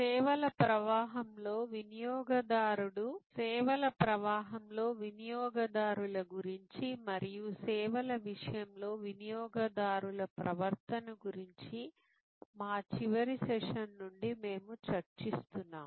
సేవల ప్రవాహంలో వినియోగదారుల గురించి మరియు సేవల విషయంలో వినియోగదారు ప్రవర్తన గురించి మా చివరి సెషన్ నుండి మేము చర్చిస్తున్నాము